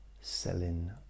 selling